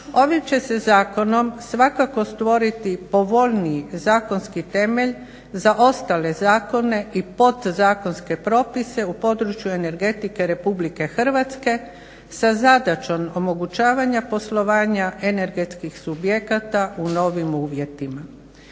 Ovim će se zakonom svakako stvoriti povoljniji zakonski temelj za ostale zakone i podzakonske propise u području energetike RH sa zadaćom omogućavanja poslovanja energetskih subjekata u novim uvjetima.